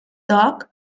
dog